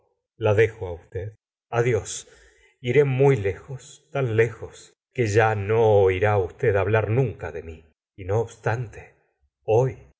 la dejo á usted adiós iré muy lejos tan lejos que ya no oirá usted hablar nunca de mi y no obstante hoy